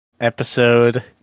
episode